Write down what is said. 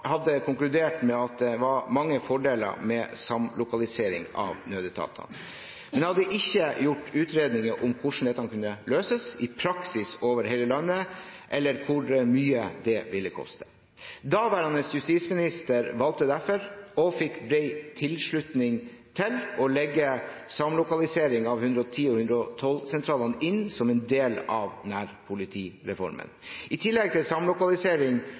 hadde konkludert med at det var mange fordeler med samlokalisering av nødetatene, men hadde ikke gjort utredninger om hvordan dette kunne løses i praksis over hele landet, eller hvor mye det ville koste. Daværende justisminister valgte derfor – og fikk bred tilslutning til – å legge samlokalisering av 110- og 112-sentralene inn som en del av nærpolitireformen. I tillegg til samlokalisering